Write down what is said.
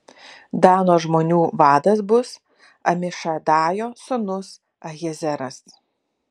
dano žmonių vadas bus amišadajo sūnus ahiezeras